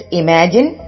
imagine